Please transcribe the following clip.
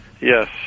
Yes